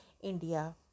India